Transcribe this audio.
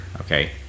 Okay